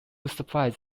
surprise